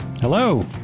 Hello